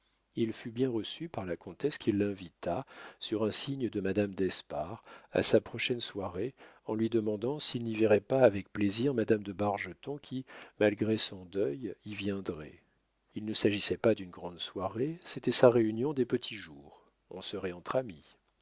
il fut bien reçu par la comtesse qui l'invita sur un signe de madame d'espard à sa prochaine soirée en lui demandant s'il n'y verrait pas avec plaisir madame de bargeton qui malgré son deuil y viendrait il ne s'agissait pas d'une grande soirée c'était sa réunion des petits jours on serait entre amis